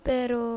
Pero